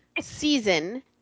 season